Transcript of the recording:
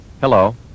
Hello